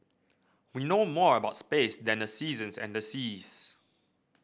we know more about space than the seasons and the seas